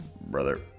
Brother